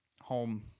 home